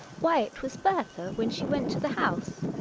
why it was bertha when she went to tha house.